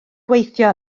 gweithio